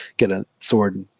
get a sword,